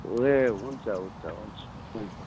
ए हुन्छ हुन्छ हुन्छ हुन्छ